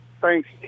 Thanks